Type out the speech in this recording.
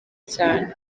cyane